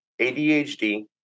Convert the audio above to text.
ADHD